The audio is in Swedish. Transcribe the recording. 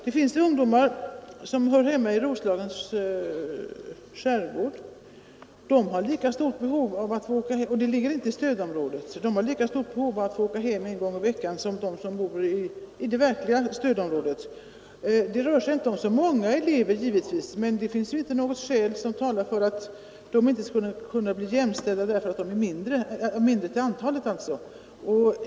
Det finns ungdomar som hör hemma i Roslagens skärgård, som inte ligger i stödområdet, men de har lika stort behov att få åka hem en gång i veckan som de som bor i det verkliga stödområdet. Det rör sig givetvis inte om så många elever, men det finns inte något skäl som talar för att dessa inte skulle kunna bli jämställda därför att de är färre.